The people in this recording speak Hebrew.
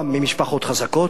רובם ממשפחות חזקות.